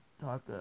talk